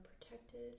protected